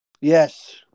Yes